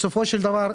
בסופו של דבר,